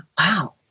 Wow